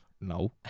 No